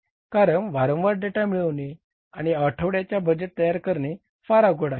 कारण वारंवार डेटा मिळवणे आणि आठवड्याचे बजेट तयार करणे फार अवघड आहे